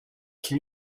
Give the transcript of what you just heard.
can